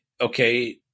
Okay